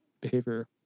behavior